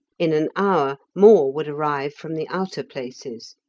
in an hour more would arrive from the outer places,